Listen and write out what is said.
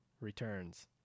returns